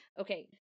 Okay